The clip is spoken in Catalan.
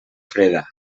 freda